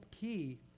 key